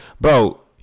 bro